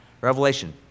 Revelation